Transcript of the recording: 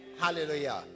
hallelujah